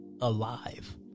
alive